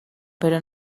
pero